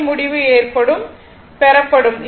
அதே முடிவு பெறப்படும்